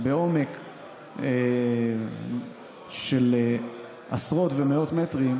בעומק של עשרות ומאות מטרים,